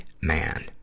man